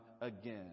again